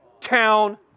town